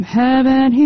heaven